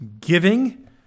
giving